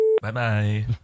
Bye-bye